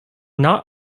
not